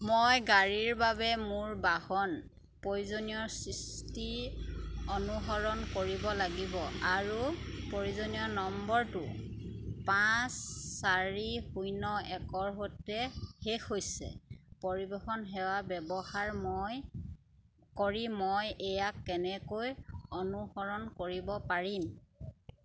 মই গাড়ীৰ বাবে মোৰ বাহন প্ৰয়োজনীয়ৰ সৃষ্টি অনুসৰণ কৰিব লাগিব আৰু প্ৰয়োজনীয় নম্বৰটো পাঁচ চাৰি শূ্ন্য একৰ সৈতে শেষ হৈছে পৰিৱহণ সেৱা ব্যৱহাৰ মই কৰি মই ইয়াক কেনেকৈ অনুসৰণ কৰিব পাৰিম